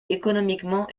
économiquement